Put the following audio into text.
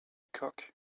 cock